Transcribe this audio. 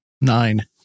Nine